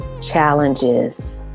challenges